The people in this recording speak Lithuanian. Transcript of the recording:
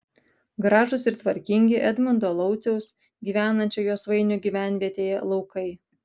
gražūs ir tvarkingi edmundo lauciaus gyvenančio josvainių gyvenvietėje laukai